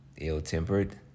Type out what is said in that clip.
ill-tempered